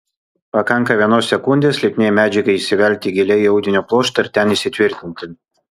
pakanka vienos sekundės lipniai medžiagai įsivelti giliai į audinio pluoštą ir ten įsitvirtinti